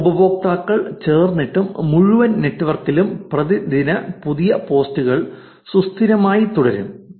പുതിയ ഉപയോക്താക്കൾ ചേർന്നിട്ടും മുഴുവൻ നെറ്റ്വർക്കിലും പ്രതിദിന പുതിയ പോസ്റ്റുകൾ സുസ്ഥിരമായി തുടരും